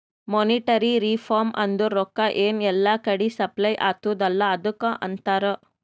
monetary reform ಅಂದುರ್ ರೊಕ್ಕಾ ಎನ್ ಎಲ್ಲಾ ಕಡಿ ಸಪ್ಲೈ ಅತ್ತುದ್ ಅಲ್ಲಾ ಅದುಕ್ಕ ಅಂತಾರ್